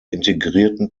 integrierten